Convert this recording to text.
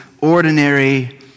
ordinary